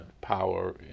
power